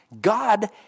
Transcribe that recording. God